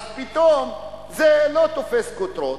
אז פתאום זה לא תופס כותרות,